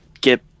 get